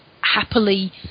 happily